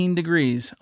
degrees